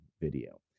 video